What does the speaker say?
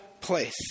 place